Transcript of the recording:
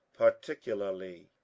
particularly